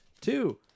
Two